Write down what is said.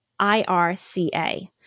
IRCA